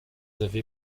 avez